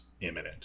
imminent